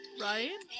right